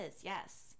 yes